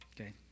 Okay